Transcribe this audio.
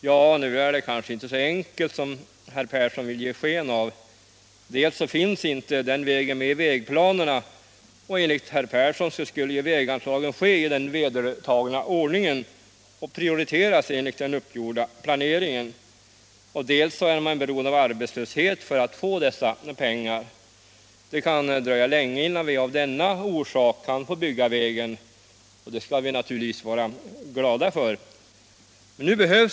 Ja, men nu är det kanske inte så enkelt som herr Persson vill ge sken av. Dels finns inte den vägen med på vägplanen — och enligt herr Persson skulle ju väganslagen ges i den vedertagna ordningen och prioriteras enligt den uppgjorda planen — dels är man beroende av arbetslöshet för att få dessa pengar. Det kan dröja länge innan vi av denna orsak kan få bygga vägen — och det skall vi naturligtvis vara tacksamma för.